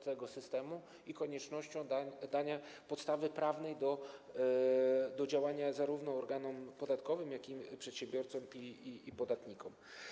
całego systemu i koniecznością dania podstawy prawnej do działania zarówno organom podatkowym, jak i przedsiębiorcom i podatnikom.